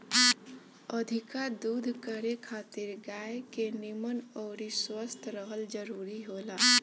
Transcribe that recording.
अधिका दूध करे खातिर गाय के निमन अउरी स्वस्थ रहल जरुरी होला